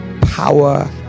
power